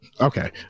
Okay